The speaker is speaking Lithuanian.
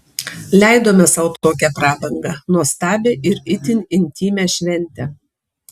leidome sau tokią prabangą nuostabią ir itin intymią šventę